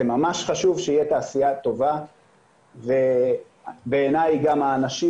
זה ממש חשוב שתהיה תעשיה טובה ובעיני גם האנשים